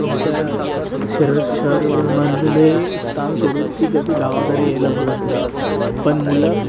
त्यांच्या शर शहरामध्ये स्थान सोडून ती कधी गावाकडे यायला बघत नाही पण मुलं